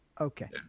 okay